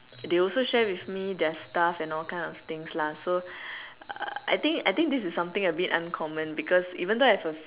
they also share with me their stuff and all kind of things lah so I think I think this is something a bit uncommon because even though I have a